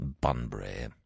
Bunbury